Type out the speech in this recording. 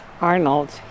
Arnold